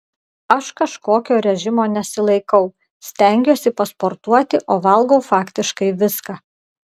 aš kažkokio režimo nesilaikau stengiuosi pasportuoti o valgau faktiškai viską